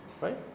right